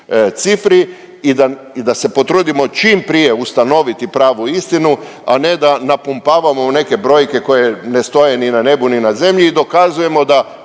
cifri i da, da se potrudimo čim prije ustanoviti pravu istinu, a ne da napumpavamo u neke brojke koje ne stoje ni na nebu ni na zemlji i dokazujemo da